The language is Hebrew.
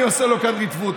אני עושה לו כאן ריטווט.